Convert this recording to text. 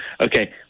okay